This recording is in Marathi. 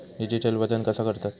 डिजिटल वजन कसा करतत?